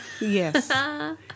Yes